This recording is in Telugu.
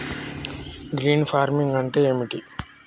గ్రీన్ ఫార్మింగ్ అంటే ఏమిటి?